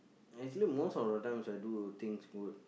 actually most of the times I do things w~